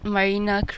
Marina